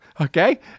okay